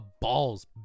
balls